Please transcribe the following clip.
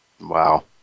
Wow